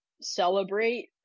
celebrate